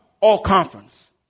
all-conference